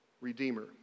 redeemer